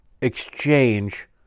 exchange